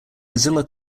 mozilla